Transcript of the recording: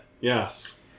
Yes